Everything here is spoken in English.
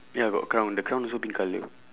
ya got crown the crown also pink colour